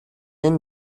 энэ